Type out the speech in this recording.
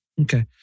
Okay